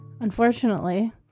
unfortunately